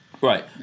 Right